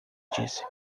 disse